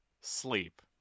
sleep